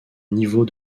niveau